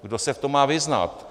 Kdo se v tom má vyznat?